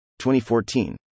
2014